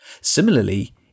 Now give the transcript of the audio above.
Similarly